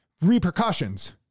repercussions